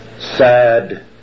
sad